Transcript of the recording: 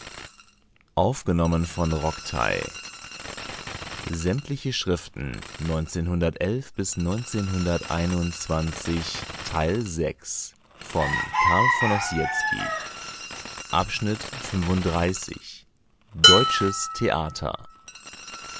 schriften deutsches theater